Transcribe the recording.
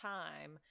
time